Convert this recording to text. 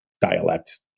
dialect